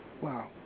Wow